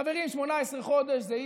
חברים, 18 חודש זה ישראבלוף.